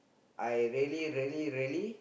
I really really really